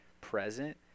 present